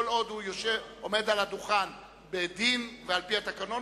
כל עוד הוא עומד על הדוכן בדין ועל-פי התקנון,